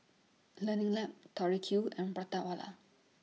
Learning Lab Tori Q and Prata Wala